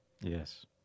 Yes